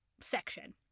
section